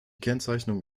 kennzeichnung